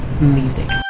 music